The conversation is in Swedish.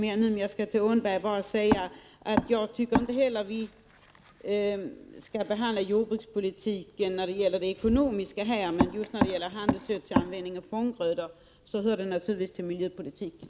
Till Annika Åhnberg skall jag ning och säldöd bara säga att jag tycker inte heller att vi här skall behandla jordbrukspolitiken när det gäller det ekonomiska. Men när det just gäller användningen av handelsgödsel och vissa grödor hör dessa frågor naturligtvis till miljöpolitiken.